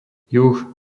juh